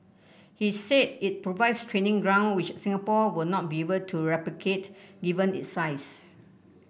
he said it provides training ground which Singapore will not be able to replicate given its size